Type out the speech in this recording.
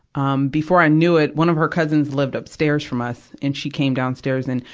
um before i knew it, one of her cousins lived upstairs from us, and she came downstairs and,